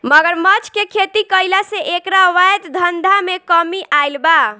मगरमच्छ के खेती कईला से एकरा अवैध धंधा में कमी आईल बा